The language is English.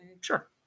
Sure